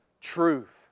truth